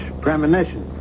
premonition